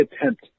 attempt